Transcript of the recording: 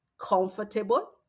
comfortable